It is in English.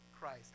Christ